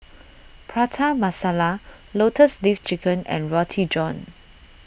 Prata Masala Lotus Leaf Chicken and Roti John